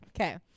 Okay